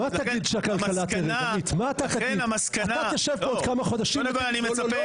לכן המסקנה --- אתה תשב בעוד כמה חודשים --- אתה